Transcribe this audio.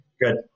Good